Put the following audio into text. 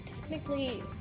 technically